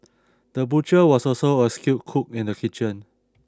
the butcher was also a skilled cook in the kitchen